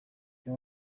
bya